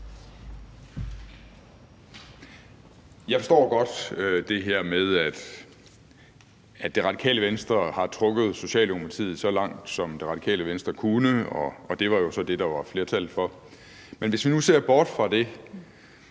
Jeg forstår godt det her med, at Radikale Venstre har trukket Socialdemokratiet så langt, som Radikale Venstre kunne, og det var så det, der var flertal for. Men hvis vi nu ser bort fra det,